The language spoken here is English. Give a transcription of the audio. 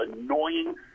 annoying